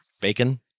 bacon